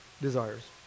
desires